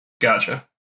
Gotcha